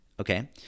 okay